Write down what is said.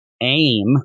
aim